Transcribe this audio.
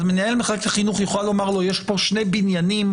מנהל מחלקת החינוך יוכל לומר לו שיש פה שני בניינים,